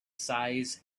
size